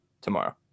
tomorrow